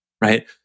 Right